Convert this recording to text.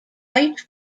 bite